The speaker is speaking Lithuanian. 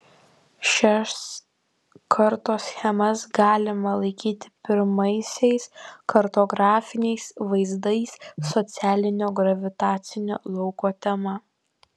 šias kartoschemas galima laikyti pirmaisiais kartografiniais vaizdais socialinio gravitacinio lauko tema